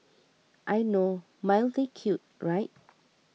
I know mildly cute right